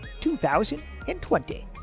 2020